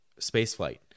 spaceflight